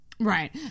Right